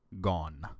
gone